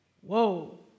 Whoa